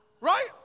Right